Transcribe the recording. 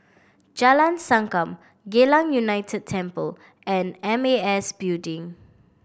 Jalan Sankam Geylang United Temple and M A S Building